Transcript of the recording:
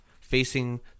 facing